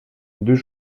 deux